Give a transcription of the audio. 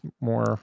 more